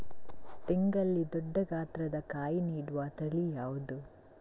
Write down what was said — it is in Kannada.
ತೆಂಗಲ್ಲಿ ದೊಡ್ಡ ಗಾತ್ರದ ಕಾಯಿ ನೀಡುವ ತಳಿ ಯಾವುದು?